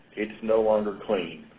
it's no longer clean.